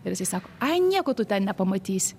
ir jisai sako ai nieko tu ten nepamatysi